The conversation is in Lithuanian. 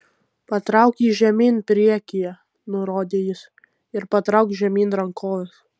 patrauk jį žemyn priekyje nurodė jis ir patrauk žemyn rankoves